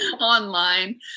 online